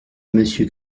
monsieur